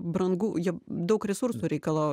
brangu jie daug resursų reikalau